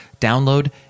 download